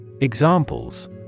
Examples